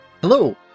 Hello